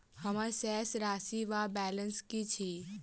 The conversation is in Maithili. हम्मर शेष राशि वा बैलेंस की अछि?